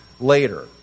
later